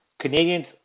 Canadians